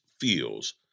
feels